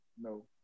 No